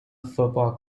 football